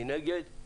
מנגד,